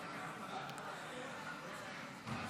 כך או כך, החוק הזה